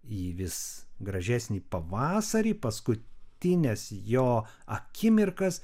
į vis gražesnį pavasarį paskutines jo akimirkas